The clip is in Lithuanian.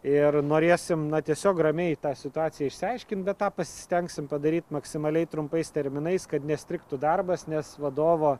ir norėsim na tiesiog ramiai tą situaciją išsiaiškint tą pasistengsim padaryt maksimaliai trumpais terminais kad nestrigtų darbas nes vadovo